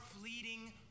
fleeting